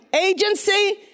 agency